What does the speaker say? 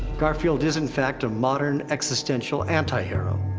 garfield is, in fact, a modern existential anti-hero.